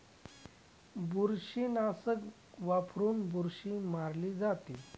बुरशीनाशक वापरून बुरशी मारली जाते